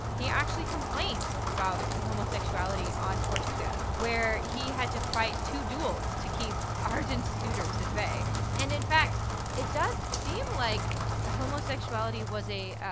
he actually complained about homosexuality on tortuga, where he had to fight two duels to keep ardent suitors at bay and in fact it does seem like homosexuality was a,